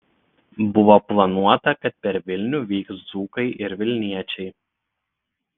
buvo planuota kad per vilnių vyks dzūkai ir vilniečiai